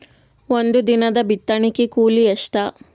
ಒಂದಿನದ ಬಿತ್ತಣಕಿ ಕೂಲಿ ಎಷ್ಟ?